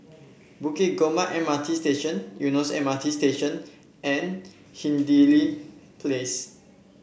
Bukit Gombak M R T Station Eunos M R T Station and Hindhede Place